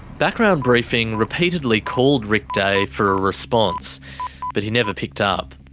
background briefing repeatedly called rick day for a response but he never picked up.